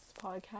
podcast